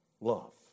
love